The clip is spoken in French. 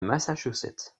massachusetts